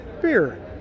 beer